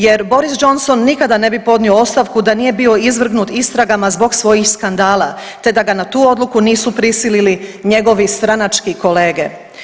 Jer Boris Johnson nikada ne bi podnio ostavku da nije bio izvrgnut istragama zbog svojih skandala, te da ga na tu odluku nisu prisilili njegovi stranački kolege.